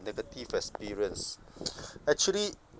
negative experience actually